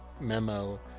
memo